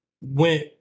went